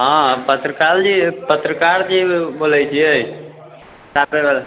हँ पत्रकार जी पत्रकार जी बोलै छिए